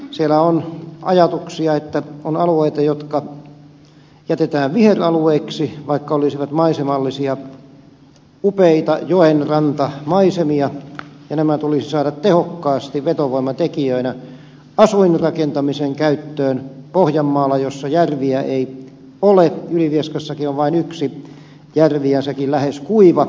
siellä on ajatuksia että on alueita jotka jätetään viheralueiksi vaikka olisivat maisemallisia upeita joenrantamaisemia ja nämä tulisi saada tehokkaasti vetovoimatekijöinä asuinrakentamisen käyttöön pohjanmaalla missä järviä ei ole ylivieskassakin on vain yksi järvi ja sekin lähes kuiva